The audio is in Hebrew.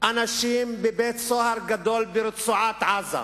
אנשים בבית-סוהר גדול ברצועת-עזה,